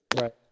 Right